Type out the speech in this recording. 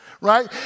Right